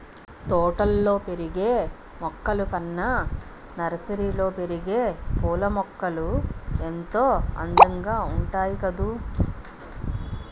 తోటల్లో పెరిగే మొక్కలు కన్నా నర్సరీలో పెరిగే పూలమొక్కలు ఎంతో అందంగా ఉంటాయి కదూ